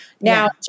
Now